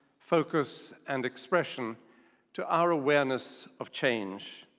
focus, and expression to our awareness of change.